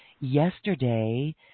yesterday